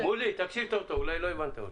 תקשיב טוב, אולי לא הבנת אותי.